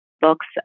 books